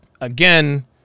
Again